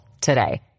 today